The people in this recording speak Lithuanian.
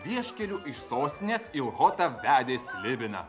vieškeliu iš sostinės į ochotą vedė slibiną